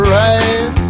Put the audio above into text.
right